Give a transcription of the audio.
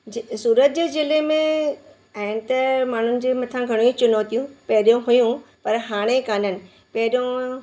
ज सूरत जे ज़िले में आहिनि त माण्हुनि जे मथां घणेई चुनौतियूं पहिरियों हुयूं पर हाणे कोन आहिनि पहिरियों